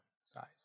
size